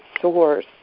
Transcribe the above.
source